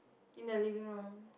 in the living room